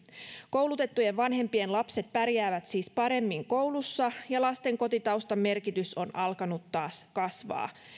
koulutettujen vanhempien lapset pärjäävät siis paremmin koulussa ja lastenkotitaustan merkitys on alkanut taas kasvaa